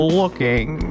looking